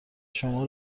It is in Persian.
شما